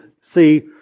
see